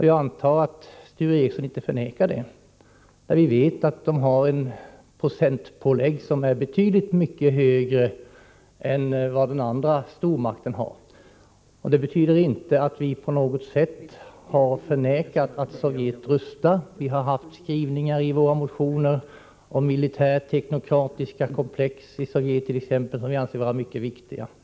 Jag antar att Sture Ericson inte förnekar detta. Vi vet att USA har ett procentpålägg som är betydligt högre än den andra stormaktens. Det betyder dock inte att vi på något sätt förnekar att Sovjet rustar. Vi har i våra motioner skrivningar om militärteknokratiska komplex i Sovjet, vilka vi anser vara mycket viktiga.